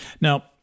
Now